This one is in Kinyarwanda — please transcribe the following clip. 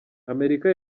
amerika